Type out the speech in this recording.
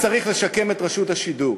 צריך לשקם את רשות השידור.